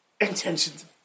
intentions